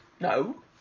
No